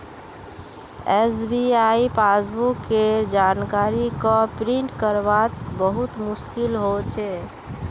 SBI passbook केर जानकारी क प्रिंट करवात बहुत मुस्कील हो छे